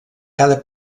cada